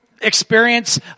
experience